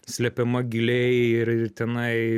slepiama giliai ir tenai